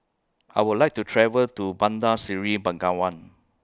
I Would like to travel to Bandar Seri Begawan